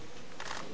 מכובדי,